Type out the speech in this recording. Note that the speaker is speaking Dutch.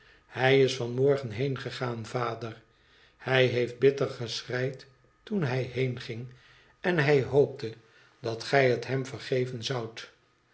hij is van morgen heengegaan vader hij heeft bitter geschreid toen hij heenging en hij hoopte dat gij het hem vergeven loudt